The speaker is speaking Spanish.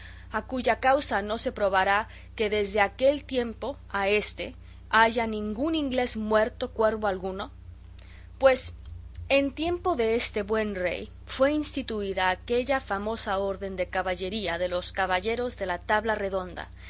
a cuya causa no se probará que desde aquel tiempo a éste haya ningún inglés muerto cuervo alguno pues en tiempo de este buen rey fue instituida aquella famosa orden de caballería de los caballeros de la tabla redonda